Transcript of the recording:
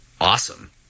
awesome